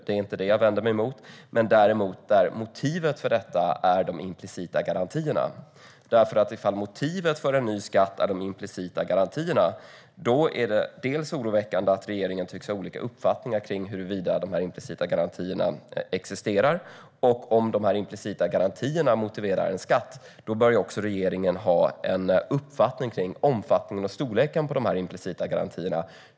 Det är inte det som jag vänder mig mot, däremot att motivet för detta är de implicita garantierna. Om motivet för en ny skatt är de implicita garantierna är det oroväckande att regeringen tycks ha olika uppfattningar om huruvida dessa implicita garantier existerar. Och om dessa implicita garantier motiverar en skatt bör också regeringen ha en uppfattning om omfattningen och storleken på dessa implicita garantier.